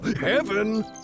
Heaven